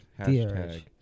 hashtag